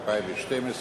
דעת ועדת